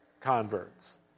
converts